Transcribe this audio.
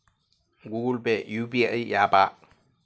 Google Pay UPI య్యాపా?